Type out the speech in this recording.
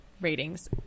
ratings